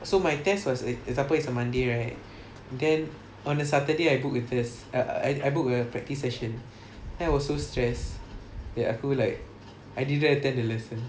so my test was err example it's on monday right then on the saturday I book with this err I book the practice session then I was so stress that I feel like I didn't attend the lesson